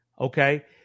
Okay